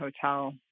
hotel